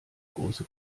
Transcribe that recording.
große